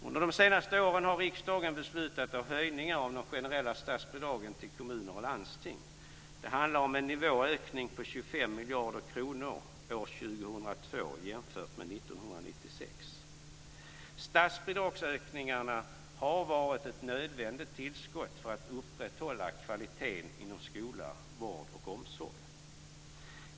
Under de senaste åren har riksdagen beslutat om höjningar av de generella statsbidragen till kommuner och landsting. Det rör sig om en nivåhöjning på 25 miljarder kronor 2002 jämfört med 1996. Statsbidragsökningarna har varit ett nödvändigt tillskott för att upprätthålla kvaliteten inom skola, vård och omsorg.